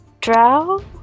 Drow